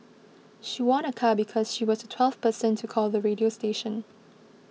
she won a car because she was the twelfth person to call the radio station